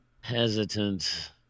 hesitant